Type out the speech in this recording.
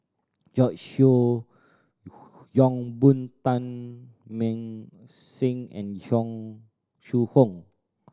George Yeo Yong Boon Teng Mah Seng and Yong Shu Hoong